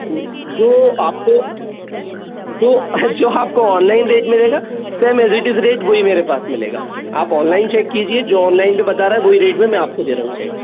जो आपको जो आपको ऑनलाइन रेट मिलेगा same as it as rate मेरे पास मिलेगा आप ऑनलाइन चैक कीजिए जो ऑनलाइन पे बता रहा है वो ही रेट में मैं आपको दे रहा हूँ सेट